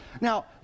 Now